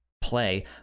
play